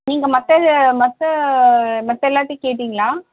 நீங்கள் மற்ற இது மற்ற மற்ற எல்லார்கிட்டியும் கேட்டீங்களா